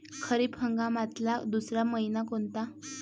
खरीप हंगामातला दुसरा मइना कोनता?